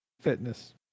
fitness